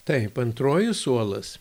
taip antroji suolas